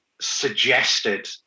suggested